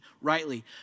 rightly